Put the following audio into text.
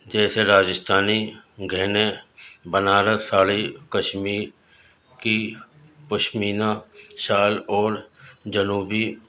جیسے راجستھانی گہنے بنارس ساڑی کشمیر کی پشمینہ شال اور جنوبی